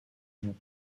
vous